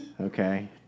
Okay